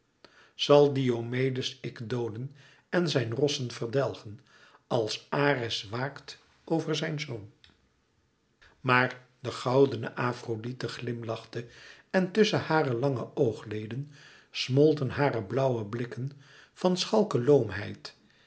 zal diomedes ik dooden en zijn rossen verdelgen als ares waakt over zijn zoon maar de goudene afrodite glimlachte en tusschen hare lange oogleden smolten hare blauwe blikken van